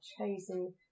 chosen